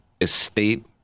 estate